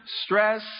stress